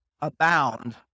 abound